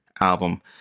album